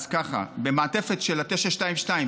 אז ככה: במעטפת של ה-922,